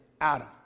Adam